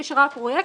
שאלה מצוינת.